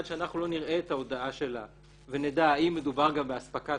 עד שלא נראה את ההודאה שלה ונדע האם מדובר גם בהספקת